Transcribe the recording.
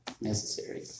necessary